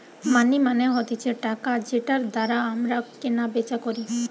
মানি মানে হতিছে টাকা যেটার দ্বারা আমরা কেনা বেচা করি